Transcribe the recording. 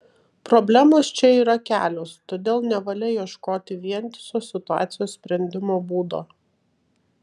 problemos čia yra kelios todėl nevalia ieškoti vientiso situacijos sprendimo būdo